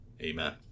Amen